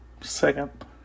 Second